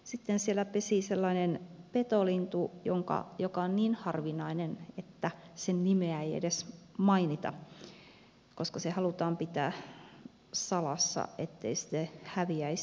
sitten siellä pesii sellainen petolintu joka on niin harvinainen että sen nimeä ei edes mainita koska se halutaan pitää salassa ettei se häviäisi